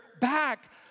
back